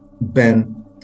Ben